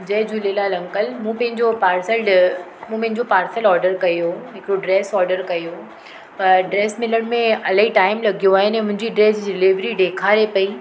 जय Jhulelal uncle मूं पंहिंजो parcel मूं मुंहिंजो पार्सल ऑडर कयो हिकिरो ड्रैस ऑडर कयूं पर ड्रैस मिलण में अलाई टाइम लॻो आहे हिन मुंहिंजी ड्रैस डिलेवरी ॾेखारे पई